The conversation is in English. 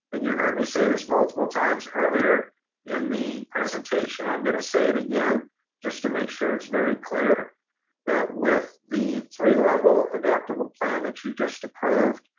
and you heard me say this multiple times earlier in the presentation, i'm going to say it again just to make sure it's very clear that with the three level adaptable plan that you just approved,